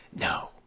No